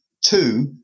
two